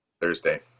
Thursday